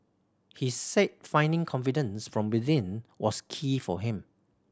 he said finding confidence from within was key for him